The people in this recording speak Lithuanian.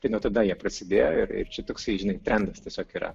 tai nuo tada jie prasidėjo ir ir čia toksai žinai trendas tiesiog yra